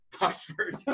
Oxford